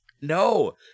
No